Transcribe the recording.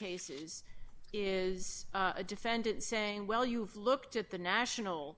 cases is a defendant saying well you've looked at the national